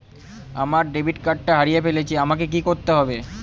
আমার ডেবিট কার্ডটা হারিয়ে ফেলেছি আমাকে কি করতে হবে?